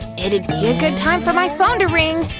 it'd be a good time for my phone to ring!